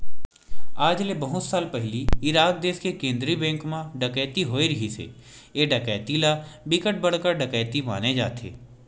आज ले बहुत साल पहिली इराक देस के केंद्रीय बेंक म डकैती होए रिहिस हे ए डकैती ल बिकट बड़का डकैती माने जाथे